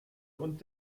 und